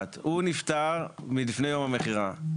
הוא נפטר לפני יום המכירה.